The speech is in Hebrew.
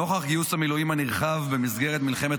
נוכח גיוס המילואים הנרחב במסגרת מלחמת